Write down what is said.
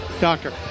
doctor